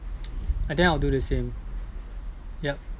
I think I'll do the same yup